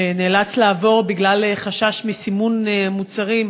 שנאלץ לעבור בגלל חשש מסימון מוצרים,